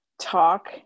talk